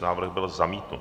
Návrh byl zamítnut.